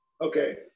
Okay